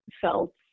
felt